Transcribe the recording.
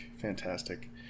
fantastic